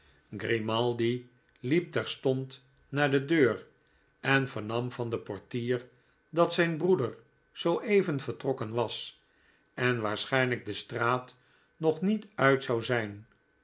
grimaldi liep terstond naar de deur envernam van den portier dat zijn broeder zoo even vertrokken was en waarschrjnlijk de straat nog niet uit zou zijn